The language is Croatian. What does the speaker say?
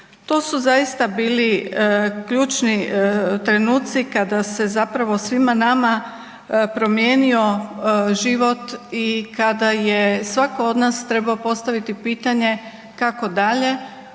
To su zaista bili ključni trenuci kada se zapravo svima nama promijenio život i kada je svatko od nas trebao postaviti pitanje kako dalje,